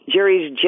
Jerry's